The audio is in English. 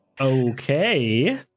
Okay